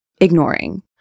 ignoring